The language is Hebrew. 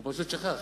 אני בעד.